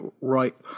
right